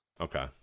Okay